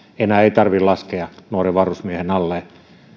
enää ei tarvitse nuoren varusmiehen laskea alleen